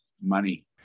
money